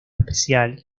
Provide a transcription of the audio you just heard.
especial